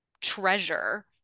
treasure